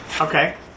Okay